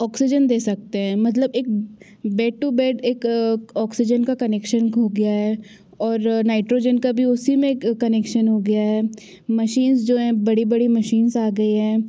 oxygen दे सकते हैं मतलब एक बेड टू बेड एक ऑक्सीजन का कनेक्शन हो गया है और नाइट्रोजन का भी उसी में कनेक्शन हो गया है मशीन्स जो है बड़ी बड़ी मशीन्स आ गई हैं